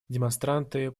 демонстранты